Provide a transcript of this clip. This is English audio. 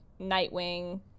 Nightwing